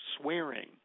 Swearing